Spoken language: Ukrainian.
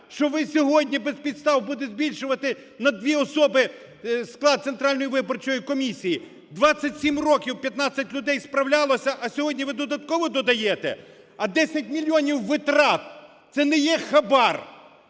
що ви сьогодні без підстав будете збільшувати на дві особи склад Центральної виборчої комісії? 27 років 15 людей справлялося, а сьогодні ви додатково додаєте? А 10 мільйонів витрат – це не є хабар?